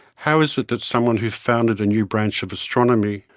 how is it that someone who founded a new branch of astronomy,